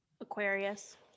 Aquarius